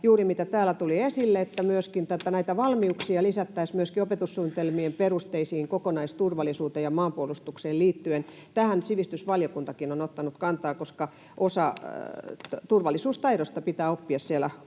juuri täällä tuli esille — että näitä valmiuksia lisättäisiin myöskin opetussuunnitelmien perusteisiin kokonaisturvallisuuteen ja maanpuolustukseen liittyen. Tähän sivistysvaliokuntakin on ottanut kantaa, koska osa turvallisuustaidosta pitää oppia siellä kouluissa.